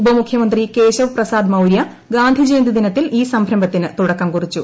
ഉപമുഖ്യമന്ത്രി കേശവ് പ്രസാദ്മൌര്യ ഗാന്ധിജയന്തി ദിനത്തിൽ ഈ സംരംഭത്തിന് തുടക്കം കുറിച്ചു